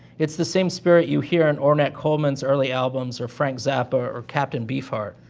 it's the same spirit you hear in ornette coleman's early albums, or frank zappa, or captain beefheart.